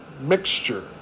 Mixture